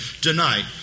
tonight